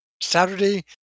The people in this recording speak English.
Saturday